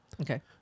Okay